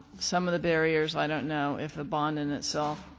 some of the barriers, i don't know if the bond in itself,